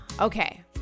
Okay